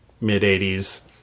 Mid-80s